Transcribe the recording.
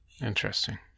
Interesting